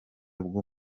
bwo